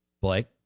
Blake